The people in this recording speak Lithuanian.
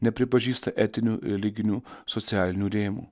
nepripažįsta etinių religinių socialinių rėmų